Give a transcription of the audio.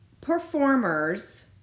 performers